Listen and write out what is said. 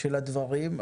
של הדברים.